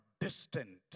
distant